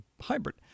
hybrid